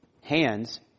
hands